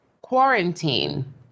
quarantine